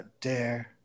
dare